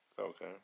Okay